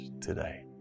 today